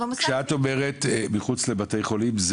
כשאת אומרת מחוץ לבתי חולים,